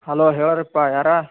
hello ಹೇಳಿರಪ್ಪ ಯಾರು